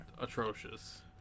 atrocious